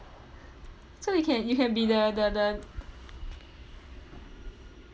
so you can you can be the the the